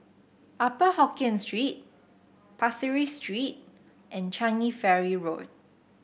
Upper Hokkien Street Pasir Ris Street and Changi Ferry Road